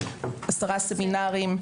10 סמינרים.